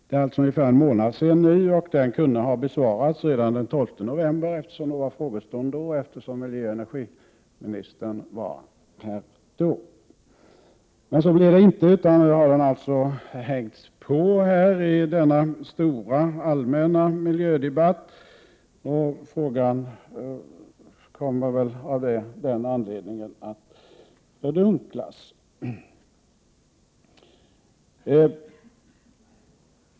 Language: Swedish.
Det är alltså ungefär en månad sedan, och den kunde ha besvarats redan den 12 november, eftersom det var frågestund då och miljöoch energiministern var här. Men så blev det inte, utan nu har min fråga alltså hängts på i denna stora allmänna miljödebatt, och frågan kommer väl av den anledningen att fördunklas.